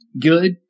good